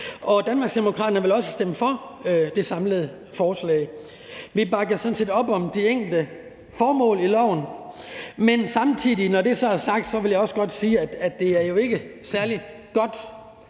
Danmarksdemokraterne vil også stemme for det samlede forslag. Vi bakker sådan set op om de enkelte formål i loven, men når det så er sagt, vil jeg også godt sige, at det jo ikke er særlig godt,